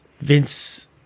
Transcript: Vince